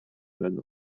allen